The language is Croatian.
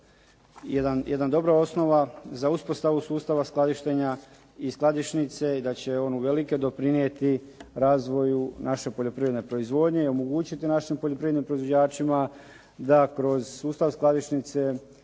jedna dobra osnova za uspostavu sustava skladištenja i skladišnice i da će on uvelike doprinijeti razvoju naše poljoprivredne proizvodnje i omogućiti našim poljoprivrednim proizvođačima da kroz sustav skladišnice